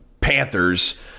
Panthers